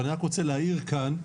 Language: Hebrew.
אני רק רוצה להעיר כאן,